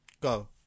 Go